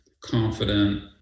confident